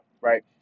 right